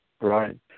Right